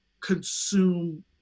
consume